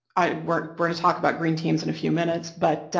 we're gonna talk about green teams in a few minutes, but,